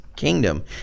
kingdom